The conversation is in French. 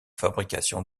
fabrication